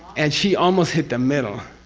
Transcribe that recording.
and she almost hit the middle,